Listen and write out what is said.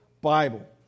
Bible